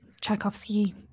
Tchaikovsky